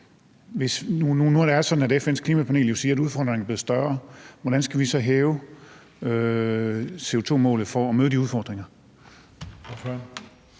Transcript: hvordan skal vi hæve CO2-målet for at møde de udfordringer?